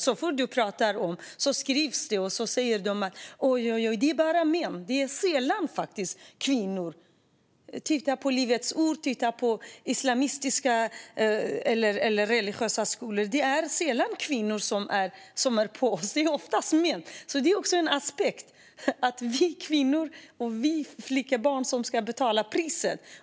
Så fort man pratar om detta skriver och säger de: Oj, oj, oj. Det är bara män. Det är sällan kvinnor. Titta på Livets ord eller islamistiska och religiösa skolor! Det är sällan kvinnor som är på oss; det är oftast män. Det här är också en aspekt. Det är vi kvinnor eller flickebarn som ska betala priset.